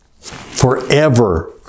forever